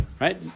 right